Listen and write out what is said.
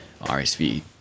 RSV